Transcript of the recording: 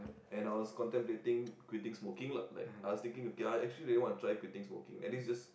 and I was contemplating quitting smoking lah like I was thinking okay I actually wanna try quitting smoking at least just